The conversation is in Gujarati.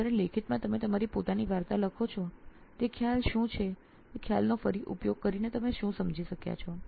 જ્યારે લેખિતમાં તમે તમારી પોતાની વાર્તા લખો છો તે ખ્યાલ શું છે તે ખ્યાલનો ઉપયોગ કરીને તમે શું સમજી શક્યા છો